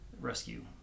rescue